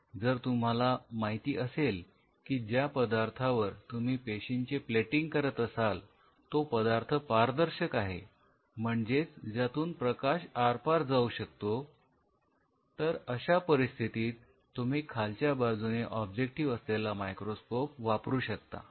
जर तुम्हाला माहिती असेल की ज्या पदार्थावर तुम्ही पेशींचे प्लेटिंग करत असाल तो पदार्थ पारदर्शक आहे म्हणजेच ज्यातून प्रकाश आरपार जाऊ शकतो तर अशा परिस्थितीत तुम्ही खालच्या बाजूने ऑब्जेक्टिव असलेला मायक्रोस्कोप वापरू शकता